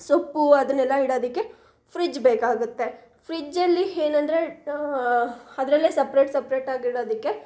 ಸೊಪ್ಪು ಅದನ್ನೆಲ್ಲ ಇಡೋದಕ್ಕೆ ಫ್ರಿಜ್ ಬೇಕಾಗುತ್ತೆ ಫ್ರಿಜ್ಜಲ್ಲಿ ಏನಂದ್ರೆ ಅದ್ರಲ್ಲೇ ಸಪ್ರೇಟ್ ಸಪ್ರೇಟಾಗಿ ಇಡೋದಕ್ಕೆ